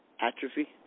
atrophy